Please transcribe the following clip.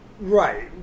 Right